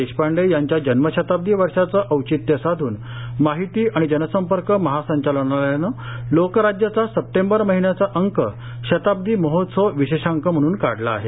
देशपांडे यांच्या जन्मशताब्दी वर्षाचं औचित्य साधून माहिती आणि जनसंपर्क महासंचालनालयानं लोकराज्यचा सप्टेंबर महिन्याचा अंक शताब्दी महोत्सव विशेषांक म्हणून काढला आहे